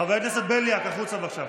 חבר הכנסת בליאק, החוצה, בבקשה.